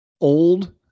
old